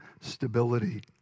stability